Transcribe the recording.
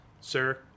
Sir